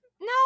No